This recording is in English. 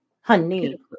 Honey